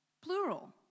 plural